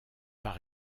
par